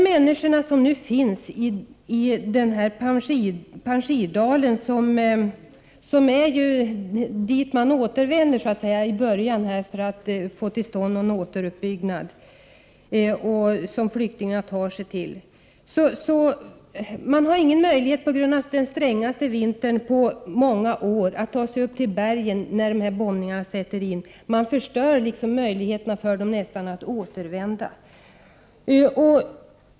Panjshirdalen är det ställe dit människor återvänder för att påbörja återuppbyggnaden, och det är dit flyktingar tar sig. På grund av att Afghanistan har den strängaste vintern på många år har de ingen möjlighet att ta sig upp till bergen när bombningarna sätter in. Man förstör möjligheterna för dem att återvända.